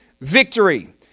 victory